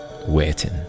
Waiting